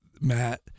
Matt